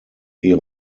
ihre